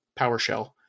PowerShell